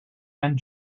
and